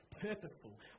purposeful